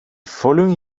following